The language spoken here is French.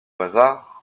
hasard